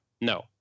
No